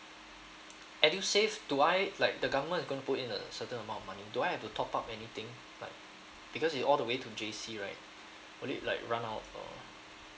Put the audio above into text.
edusave do I like the government is going to put in a certain amount of money do I have to top up anything like because it's all the way to J_C right will it like run out of uh